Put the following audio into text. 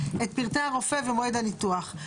את פרטי הרופא ומועד הניתוח.